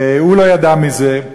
והוא לא ידע מזה,